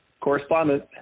Correspondent